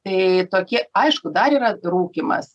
tai tokie aišku dar yra rūkymas